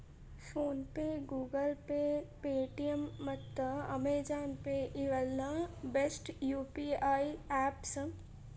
phone pay, Google Pay, Paytm ಮತ್ತ Amazon Pay ಇವೆಲ್ಲ best UPI apps